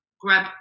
grab